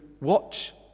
watch